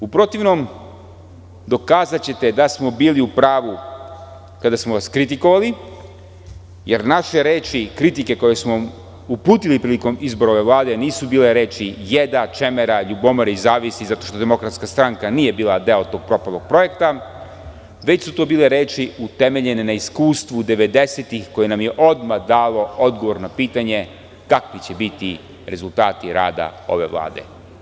U protivnom dokazaćete da smo bili u pravu kada smo vas kritikovali, jer naše reči i kritike koje smo uputili prilikom izbora ove Vlade nisu bile reči jeda, čemera, ljubomore i zavisti zato što DS nije bila deo tog propalog projekta, već su to bile reči utemeljene na iskustvu 90-tih koje nam je odmah dalo odgovor na pitanje – kakvi će biti rezultati rada ove Vlade.